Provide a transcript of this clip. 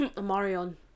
marion